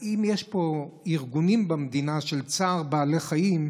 אם יש פה ארגונים במדינה של צער בעלי חיים,